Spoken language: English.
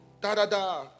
da-da-da